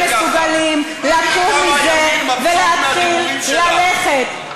האם אתם מסוגלים לקום מזה ולהתחיל ללכת,